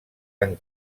han